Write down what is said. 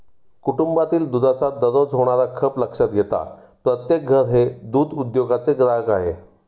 कुटुंबातील दुधाचा दररोज होणारा खप लक्षात घेता प्रत्येक घर हे दूध उद्योगाचे ग्राहक आहे